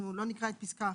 - (2)